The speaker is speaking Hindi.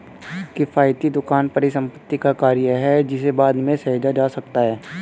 किफ़ायती दुकान परिसंपत्ति का कार्य है जिसे बाद में सहेजा जा सकता है